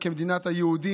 כמדינת היהודים,